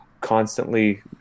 constantly